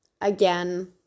again